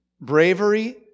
bravery